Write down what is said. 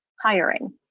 hiring